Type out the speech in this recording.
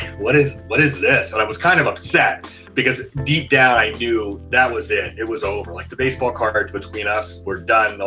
what is what is this? and i was kind of upset because deep down i knew that was it. it was over. like the baseball card between us, we're done.